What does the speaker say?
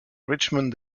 richmond